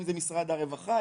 אם זה משרד הרווחה,